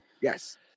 Yes